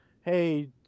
hey